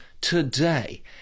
today